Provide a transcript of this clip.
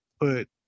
put